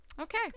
Okay